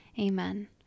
Amen